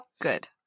Good